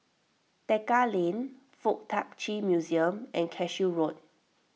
Tekka Lane Fuk Tak Chi Museum and Cashew Road